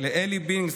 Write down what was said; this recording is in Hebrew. לאלי בינג,